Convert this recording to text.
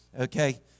okay